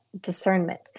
discernment